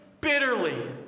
bitterly